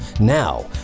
Now